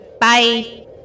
Bye